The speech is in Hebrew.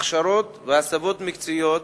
הכשרות והסבות מקצועיות,